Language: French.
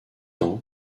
ans